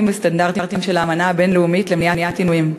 בסטנדרטים של האמנה הבין-לאומית למניעת עינויים.